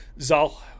Zal